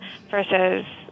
versus